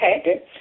Okay